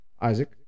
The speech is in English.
Isaac